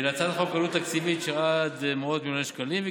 להצעת החוק עלות תקציבית של עד מאות מיליוני שקלים.